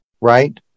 right